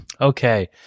Okay